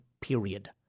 period